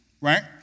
right